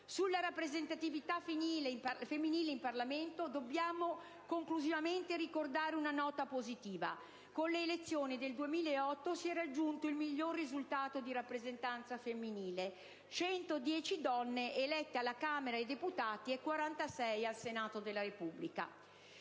Sulla rappresentatività femminile nel Parlamento dobbiamo conclusivamente ricordare una nota positiva. Con le elezioni del 2008 si è raggiunto il miglior risultato di rappresentanza femminile: 110 donne elette alla Camera dei deputati e 46 al Senato della Repubblica.